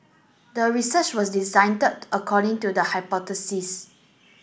the research was design according to the hypothesis